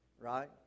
right